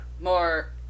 More